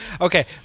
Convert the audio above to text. Okay